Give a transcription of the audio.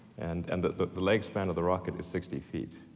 and and the the leg-span of the rocket is sixty feet,